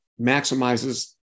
maximizes